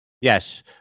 Yes